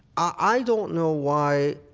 i don't know why,